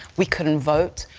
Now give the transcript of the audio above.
we couldn't vote.